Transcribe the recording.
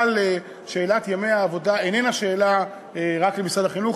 אבל שאלת ימי העבודה איננה שאלה רק למשרד החינוך,